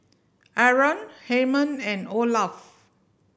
Arron Hymen and Olaf